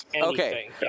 Okay